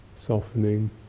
softening